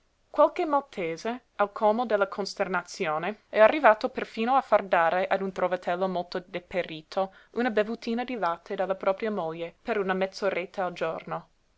qualche maltese al colmo della costernazione è arrivato perfino a far dare a un trovatello molto deperito una bevutina di latte dalla propria moglie per una mezz oretta al giorno